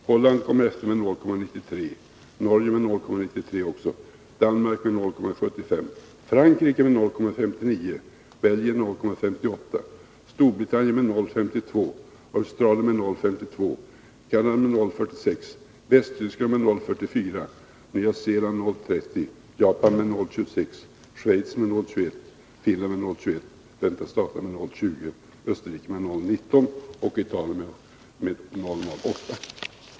Holland kommer därefter med 0,93 76, Norge med 0,93, Danmark med 0,75, Frankrike med 0,59, Belgien med 0,58, Storbritannien med 0,52, Australien med 0,52, Kanada med 0,46, Västtyskland med 0,44, Nya Zeeland med 0,30, Japan med 0,26, Schweiz med 0,21, Finland med 0,21, USA med 0,20, Österrike med 0,19 och Italien med 0,08.